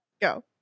Go